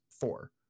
four